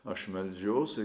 aš meldžiuosi